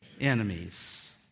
Enemies